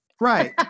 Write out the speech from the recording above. Right